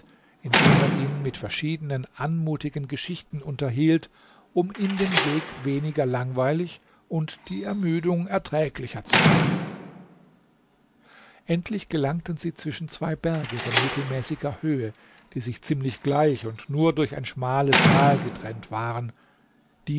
indem er ihn mit verschiedenen anmutigen geschichten unterhielt um ihm den weg weniger langweilig und die ermüdung erträglicher zu machen endlich gelangten sie zwischen zwei berge von mittelmäßiger höhe die sich ziemlich gleich und nur durch ein schmales tal getrennt waren